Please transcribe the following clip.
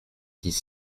dix